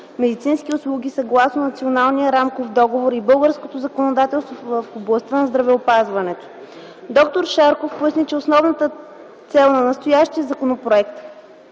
медицински услуги съгласно Националния рамков договор и българското законодателство в областта на здравеопазването. Доктор Шарков поясни, че основната цел на настоящия законопроект е